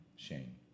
shame